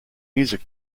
music